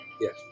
Yes